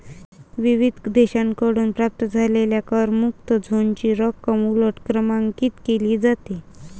विविध देशांकडून प्राप्त झालेल्या करमुक्त झोनची रक्कम उलट क्रमांकित केली जाते